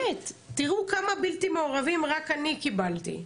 תראו כמה בלתי מעורבים רק אני קיבלתי,